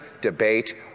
debate